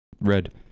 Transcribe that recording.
Red